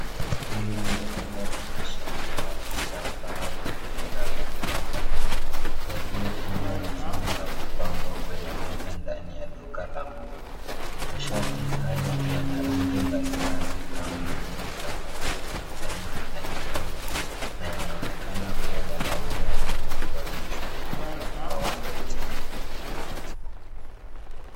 Hili ni rundo la mashati ya kitambaa yenye miramba miramba, yaliokunjwa vizuri na kupagwa kwenye meza ndani ya duka la nguo .Mashati hayo yana rangi mbali mbali kama vile samawati, kijani na nyekudu na yanaonekana kuwa yanauzwa au kuonyeshwa kwa wateja.